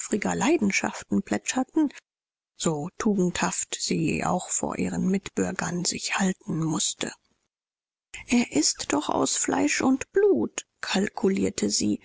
leidenschaften plätscherten so tugendhaft sie auch vor ihren mitbürgern sich halten mußte er ist doch aus fleisch und blut kalkulierte sie